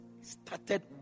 started